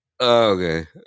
okay